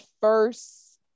first